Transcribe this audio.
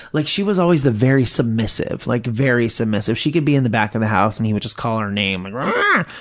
like she was always the very submissive, like very submissive. she could be in the back of the house and he would just call her name and,